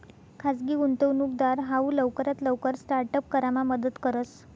खाजगी गुंतवणूकदार हाऊ लवकरात लवकर स्टार्ट अप करामा मदत करस